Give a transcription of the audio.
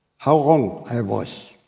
how wrong i was.